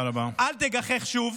אל תגחך שוב,